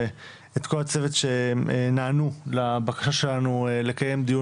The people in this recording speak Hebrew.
ואת כל הצוות שנענו לבקשה שלנו לקיים דיון